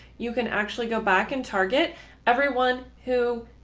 you can actually go back and target everyone who